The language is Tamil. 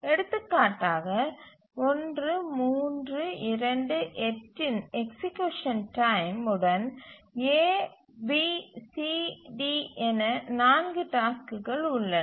எடுத்துக்காட்டாக 1 3 2 8 இன் எக்சீக்யூசன் டைம் உடன் A B C D என 4 டாஸ்க்குகள் உள்ளன